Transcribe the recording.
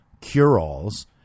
cure-alls